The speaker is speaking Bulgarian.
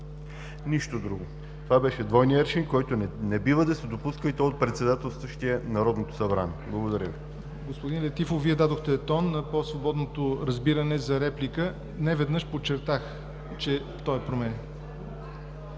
Нищо друго. Това беше двойният аршин, който не бива да се допуска и то от председателстващия Народното събрание. Благодаря Ви. ПРЕДСЕДАТЕЛ ЯВОР НОТЕВ: Господин Летифов, Вие дадохте тон на по-свободното разбиране за реплика. Неведнъж подчертах, че то е...